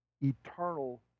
Eternal